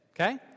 okay